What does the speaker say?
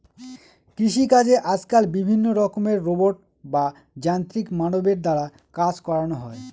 কৃষিকাজে আজকাল বিভিন্ন রকমের রোবট বা যান্ত্রিক মানবের দ্বারা কাজ করানো হয়